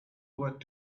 what